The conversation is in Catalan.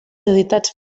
editats